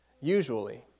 usually